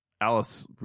Alice